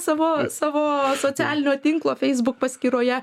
savo savo socialinio tinklo facebook paskyroje